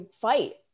fight